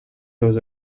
seus